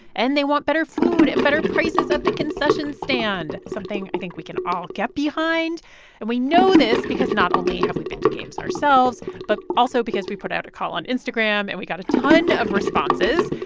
and they want better food and better prices at the concession stand, something i think we can all get behind and we know this because not only have we been to games ourselves, but also because we put out a call on instagram. and we got a ton of responses.